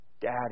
Daddy